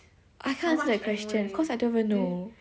I can't answer that question cause I don't even know